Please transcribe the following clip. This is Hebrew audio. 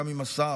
גם עם השר,